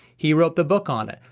he wrote the book on it.